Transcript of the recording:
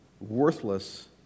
worthless